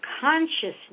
consciousness